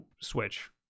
switch